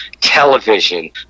television